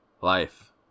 life